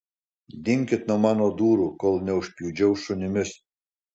dinkit nuo mano durų kol neužpjudžiau šunimis